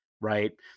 right